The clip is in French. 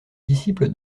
disciple